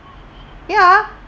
ya